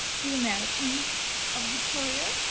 the americans of the courier?